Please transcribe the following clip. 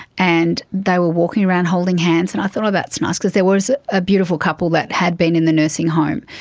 and they were walking around holding hands and i thought, that's nice, because there was a beautiful couple that had been in the nursing home,